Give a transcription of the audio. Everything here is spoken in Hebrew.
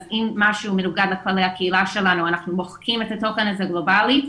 אז אם משהו מנוגד לכללי הקהילה שלנו אנחנו מוחקים את התוכן הזה גלובלית,